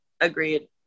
Agreed